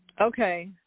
Okay